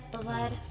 blood